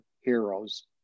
heroes